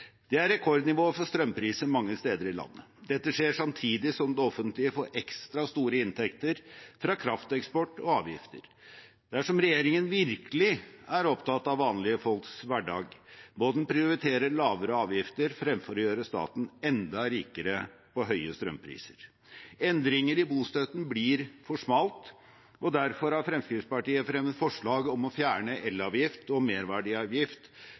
skjer samtidig som det offentlige får ekstra store inntekter fra krafteksport og avgifter. Dersom regjeringen virkelig er opptatt av vanlige folks hverdag, må den prioritere lavere avgifter fremfor å gjøre staten enda rikere på høye strømpriser. Endringer i bostøtten blir for smalt, og derfor har Fremskrittspartiet fremmet forslag om å fjerne elavgift og merverdiavgift